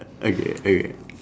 okay okay